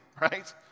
right